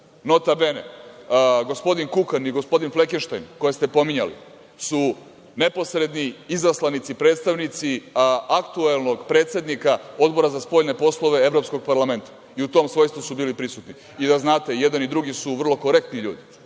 Nota Bene, gospodin Kukan i gospodin Flekenštajn koje ste pominjali, su neposredni izaslanici, predstavnici aktuelnog predsednika Odbora za spoljne poslove Evropskog parlamenta i u tom svojstvu su bili prisutni. Da znate, i jedan i drugi su vrlo korektni ljudi